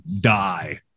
die